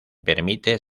permite